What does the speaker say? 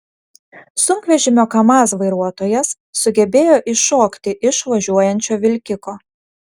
sunkvežimio kamaz vairuotojas sugebėjo iššokti iš važiuojančio vilkiko